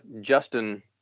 Justin